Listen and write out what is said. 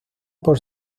por